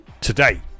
today